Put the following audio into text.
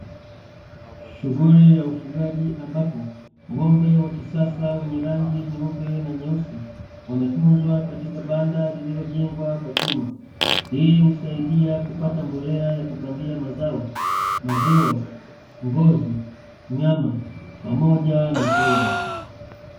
Shughuli ya ufugaji ambapo ng'ombe wa kisasa wenye rangi nyeupe na nyeusi, wametunzwa katika banda lililojengwa kwa chuma. Hii husaidia kupata mbolea ya kupandia mazao, maziwa, ngozi, nyama pamoja na fedha.